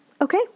okay